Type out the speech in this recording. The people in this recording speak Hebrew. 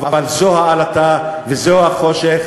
אבל זאת העלטה וזה החושך,